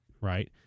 right